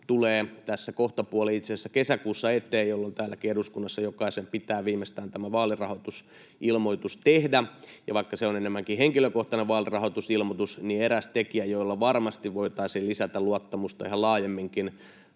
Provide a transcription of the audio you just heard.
tulee tässä kohtapuoliin, itse asiassa kesäkuussa, eteen, jolloin täällä eduskunnassakin jokaisen pitää viimeistään tämä vaalirahoitusilmoitus tehdä. Vaikka se on enemmänkin henkilökohtainen vaalirahoitusilmoitus, niin eräs tekijä, jolla varmasti voitaisiin lisätä luottamusta ihan laajemminkin